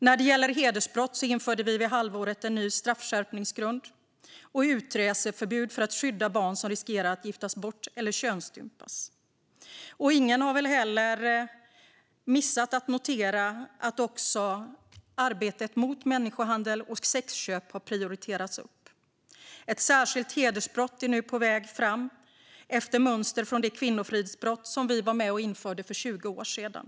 När det gäller hedersbrott införde vi vid halvårsskiftet en ny straffskärpningsgrund och utreseförbud för att skydda barn som riskerar att giftas bort eller könsstympas. Och ingen har väl missat att också arbetet mot människohandel och sexköp har prioriterats upp. Ett särskilt hedersbrott är nu på väg fram efter mönster från det kvinnofridsbrott som vi var med och införde för 20 år sedan.